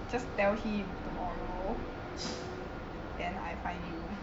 just tell him tomorrow then I find you